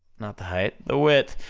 not the height, the width,